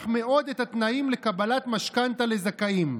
מאוד את התנאים לקבלת משכנתה לזכאים.